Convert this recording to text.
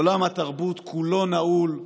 עולם התרבות כולו נעול,